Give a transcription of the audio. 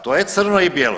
To je crno i bijelo.